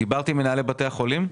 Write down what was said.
דיברת עם מנהלי בתי החולים?